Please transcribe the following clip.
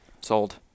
Sold